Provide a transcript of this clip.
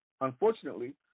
Unfortunately